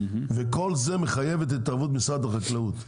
וכל זה מחייב את התערבות משרד החקלאות,